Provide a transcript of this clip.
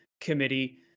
Committee